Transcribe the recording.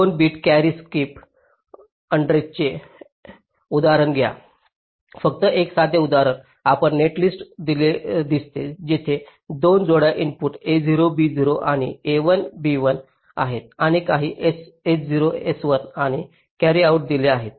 2 bit carry skip adder चे उदाहरण घ्या फक्त एक साधे उदाहरण आपणास नेट लिस्ट दिसते जेथे 2 जोड्या इनपुट a0 b0 आणि a1 b1 आहेत आणि काही s0 s1 आणि कॅरी आउट दिले आहेत